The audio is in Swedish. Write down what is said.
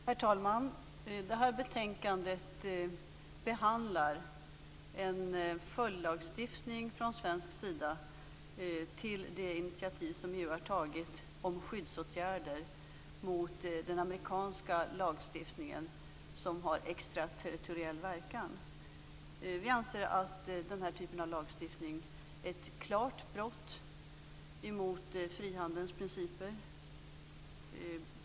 Herr talman! Det här betänkandet behandlar en följdlagstiftning från svensk sida till det initiativ som EU har tagit om skyddsåtgärder mot den amerikanska lagstiftning som har extraterritoriell verkan. Vi anser att den här typen av lagstiftning är ett klart brott mot frihandelns principer.